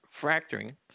fracturing